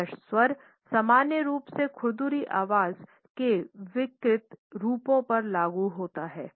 कर्कश स्वर सामान्य रूप से खुरदरी आवाज़ के विकृति रूपों पर लागू होता है